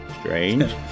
strange